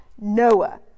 Noah